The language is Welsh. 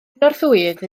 cynorthwyydd